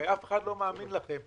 הרי אף אחד לא מאמין לכם,